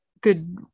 good